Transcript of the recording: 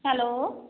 hello